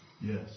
Yes